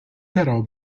però